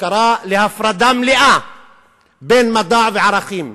שקרא להפרדה מלאה בין מדע וערכים,